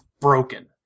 broken